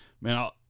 man